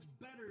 better